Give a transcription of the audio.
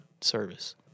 service